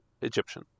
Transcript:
Egyptian